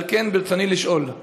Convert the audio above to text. על כן, ברצוני לשאול: